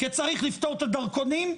כי צריך לפתור את הדרכונים?